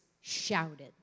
shouted